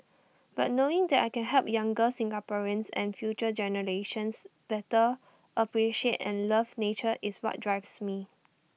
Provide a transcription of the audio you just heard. but knowing that I can help younger Singaporeans and future generations better appreciate and love nature is what drives me